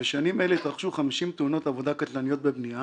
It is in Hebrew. בשנים אלה התרחשו 50 תאונות עבודה קטלניות בבנייה,